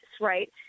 right